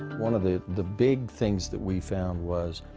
one of the the big things that we found was